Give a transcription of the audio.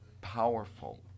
powerful